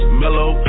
mellow